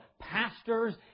pastors